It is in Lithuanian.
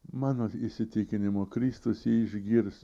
mano įsitikinimu kristus jį išgirs